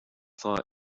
thought